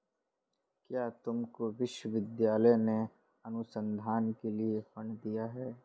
क्या तुमको विश्वविद्यालय ने अनुसंधान के लिए फंड दिए हैं?